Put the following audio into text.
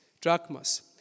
drachmas